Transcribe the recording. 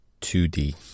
2D